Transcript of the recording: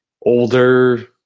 Older